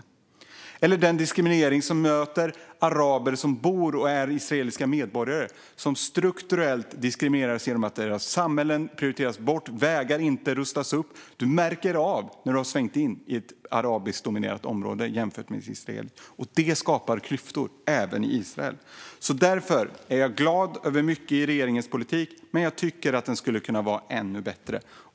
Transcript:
Vi kan också titta på den diskriminering som möter araber som bor i Israel och är israeliska medborgare. De diskrimineras strukturellt genom att deras samhällen prioriteras bort. Vägar rustas inte upp. Du märker när du har svängt in i ett arabiskdominerat område jämfört med ett israeliskt. Det skapar klyftor även i Israel. Därför är jag glad över mycket i regeringens politik, men jag tycker att den skulle kunna vara ännu bättre.